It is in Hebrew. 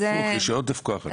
הפוך, שיש עודף כוח אדם.